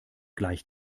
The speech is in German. gleich